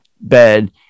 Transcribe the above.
bed